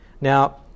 now